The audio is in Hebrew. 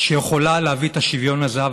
שיכולה להביא את השוויון הזה,